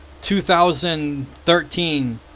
2013